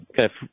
Okay